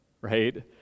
right